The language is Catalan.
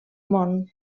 món